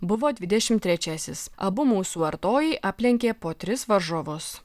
buvo dvidešimt trečiasis abu mūsų artojai aplenkė po tris varžovus